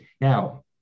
now